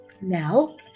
Now